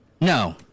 No